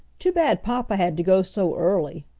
too bad papa had to go so early,